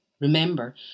Remember